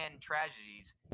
tragedies